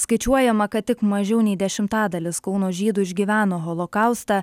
skaičiuojama kad tik mažiau nei dešimtadalis kauno žydų išgyveno holokaustą